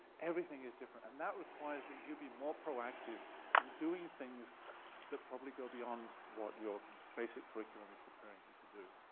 everything is different and that requires that you be more proactive in doing things that probably go beyond what your basic curriculum is preparing you to do.